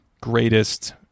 greatest